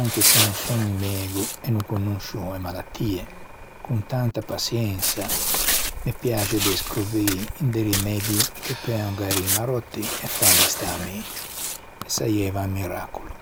anche se no son un mego e no conoscio e malattie. Con tanta paçiensa me piaxe descrovî de rimeddi che peuan guarî i maròtti e fâli stâ megio e saieiva un miracolo.